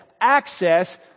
access